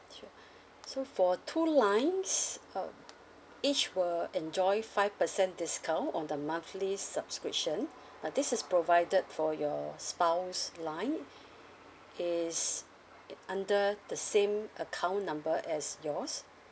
sure so for two lines uh each will enjoy five percent discount on the monthly subscription uh this is provided for your spouse line is under the same account number as yours